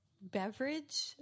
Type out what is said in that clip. Beverage